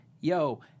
yo